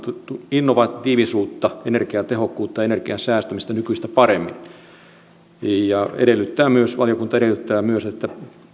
innovatiivisuutta energiatehokkuutta ja energian säästämistä nykyistä paremmin valiokunta edellyttää myös että